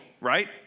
Right